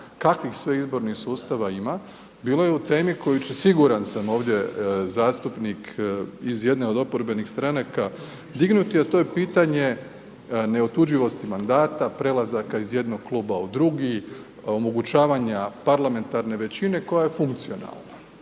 kakvih sve izbornih sustava ima, bilo je u temi koju ću, siguran sam, ovdje zastupnik iz jedne od oporbenih stranaka dignuti, a to je pitanje neotuđivosti mandata, prelazaka iz jednog kluba u drugi, omogućavanja parlamentarne većine koja je funkcionalna.